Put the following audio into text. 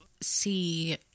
see